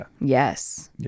yes